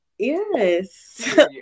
Yes